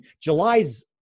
July's